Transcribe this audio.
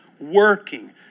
working